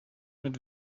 mit